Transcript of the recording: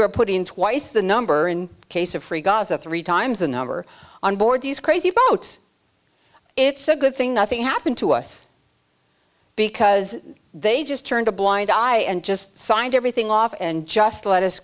were put in twice the number in case of free gaza three times the number on board these crazy boat it's a good thing nothing happened to us because they just turned a blind eye and just signed everything off and just let us